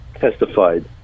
testified